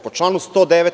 Po članu 109.